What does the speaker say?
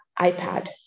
iPad